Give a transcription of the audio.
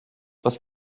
parce